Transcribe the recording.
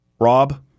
Rob